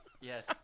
Yes